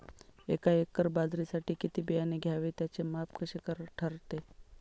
एका एकर बाजरीसाठी किती बियाणे घ्यावे? त्याचे माप कसे ठरते?